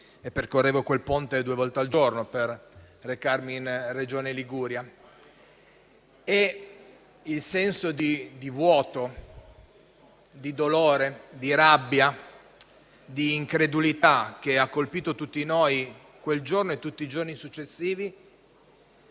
e percorrevo quel ponte due volte al giorno, per recarmi in Regione Liguria. Il senso di vuoto, di dolore, di rabbia, di incredulità che ha colpito tutti noi quel giorno e tutti i giorni successivi